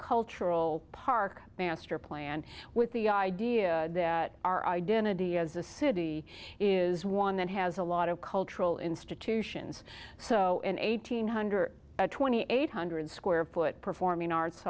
cultural park master plan with the idea that our identity as a city is one that has a lot of cultural institutions so an eight hundred twenty eight hundred square foot performing arts